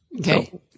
Okay